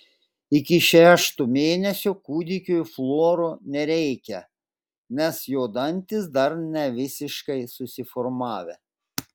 iki šešto mėnesio kūdikiui fluoro nereikia nes jo dantys dar nevisiškai susiformavę